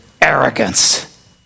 arrogance